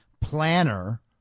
planner